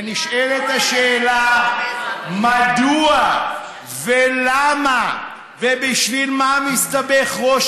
ונשאלת השאלה: מדוע ולמה ובשביל מה מסתבך ראש